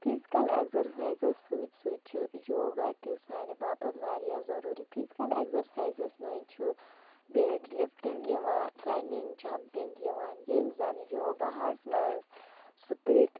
physical exercises سۭتۍ سۭتۍ چھِ یوگا تہِ سانہِ باپتھ واریاہ ضروٗری فِزِکَل اٮ۪گزَرسایزَس منٛز چھُ ویٹ لِفٹِنٛگ یِوان رَننِگ جمپِنٛگ یوان ییٚلہِ زَن یوگاہَس منٛز سُپلِٹ